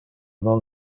non